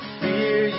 fear